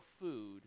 food